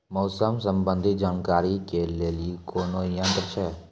मौसम संबंधी जानकारी ले के लिए कोनोर यन्त्र छ?